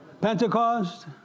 Pentecost